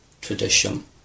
tradition